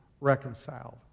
reconciled